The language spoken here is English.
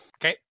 okay